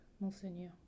Monseigneur